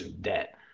debt